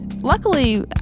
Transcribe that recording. Luckily